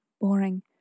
boring